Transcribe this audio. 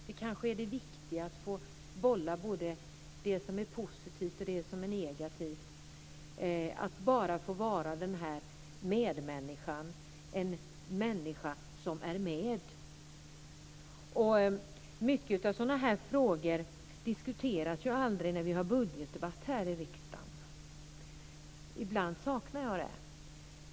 Det viktiga kanske är att få bolla det som är positivt och det som negativt. Det viktiga är kanske att bara få vara en medmänniska - en människa som är med. Mycket av sådana här frågor diskuteras aldrig när vi har budgetdebatt här i riksdagen. Ibland saknar jag det.